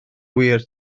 wir